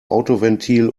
autoventil